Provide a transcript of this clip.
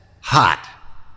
hot